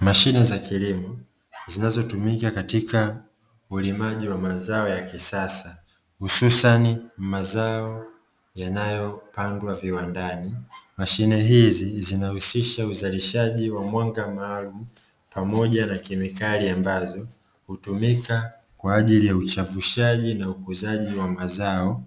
Mashine za kilimo zinazotumika katika ulimaji wa mazao ya kisasa hususani mazao yanayo pandwa viwandani. Mashine hizi zinahusisha uzalishaji wa mwanga maalumu pamoja na kemikali ambazo hutumika kwa ajili ya uchavushaji na ukuzaji wa mazao